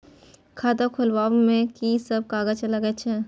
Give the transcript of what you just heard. खाता खोलाअब में की सब कागज लगे छै?